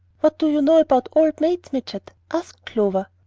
what do you know about old maids, midget? asked clover.